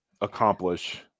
accomplish